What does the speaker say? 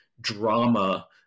drama